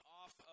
off